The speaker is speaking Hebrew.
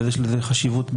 ויש לזה חשיבות בין-לאומית,